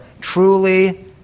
Truly